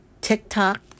TikTok